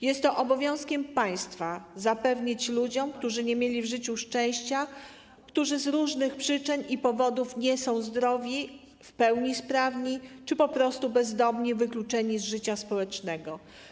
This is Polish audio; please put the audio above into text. Jest obowiązkiem państwa zapewnić to ludziom, którzy nie mieli w życiu szczęścia, którzy z różnych przyczyn i powodów nie są zdrowi, w pełni sprawni czy są po prostu bezdomni, wykluczeni z życia społecznego.